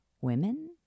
women